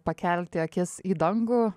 pakelti akis į dangų